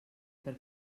per